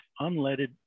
unleaded